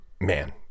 Man